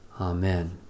Amen